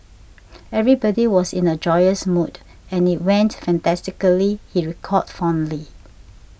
everybody was in a joyous mood and it went fantastically he recalled fondly